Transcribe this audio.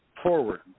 Forward